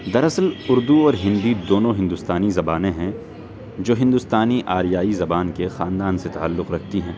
دراصل اردو اور ہندی دونوں ہندوستانی زبانیں ہیں جو ہندوستانی آریائی زبان کے خاندان سے تعلق رکھتی ہیں